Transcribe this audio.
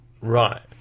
Right